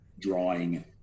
drawing